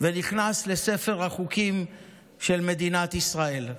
ונכנס לספר החוקים של מדינת ישראל.